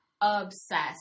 obsessed